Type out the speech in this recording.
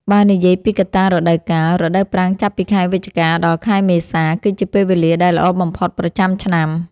បើនិយាយពីកត្តារដូវកាល រដូវប្រាំងចាប់ពីខែវិច្ឆិកា ដល់ខែមេសា គឺជាពេលវេលាដែលល្អបំផុតប្រចាំឆ្នាំ។